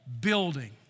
building